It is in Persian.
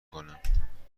کنم